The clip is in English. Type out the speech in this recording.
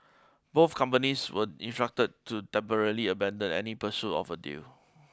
both companies were instruct to temporarily abandon any pursuit of a deal